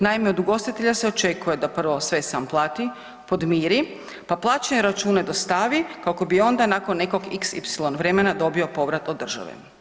Naime, od ugostitelja se očekuje da prvo sve sam plati, podmiri pa plaćene račune dostavi kako bi onda nakon nekog xy vremena dobio povrat od države.